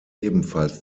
ebenfalls